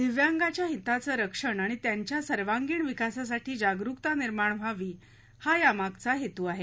दिव्यांगांच्या हिताचं रक्षण आणि त्यांच्या सर्वांगिण विकासासाठी जागरुकता निर्माण व्हावी हा यामागचा हेतू आहे